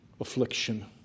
affliction